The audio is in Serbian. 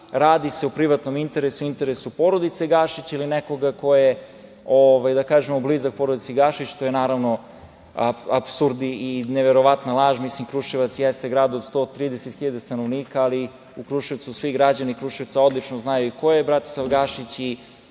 radi se u privatnom interesu, interesu porodice Gašić ili nekoga ko je, da kažemo, blizak porodici Gašić, što je apsurd i neverovatna laž. Kruševac jeste grad od 130 hiljade stanovnika, ali u Kruševcu svi građani znaju ko je Bratislav Gašić i